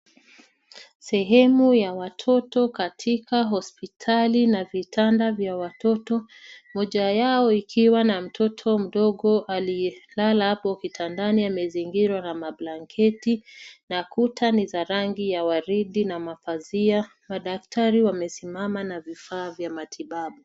Sehemu ya watoto katika hospitali na vitanda vya watoto. Moja yao ikiwa na mtoto mdogo aliyelala hapo kitandani amezingirwa na mablanketi na kuta ni za rangi ya waridi na mapazia. Madaktari wamesimama na vifaa vya matibabu.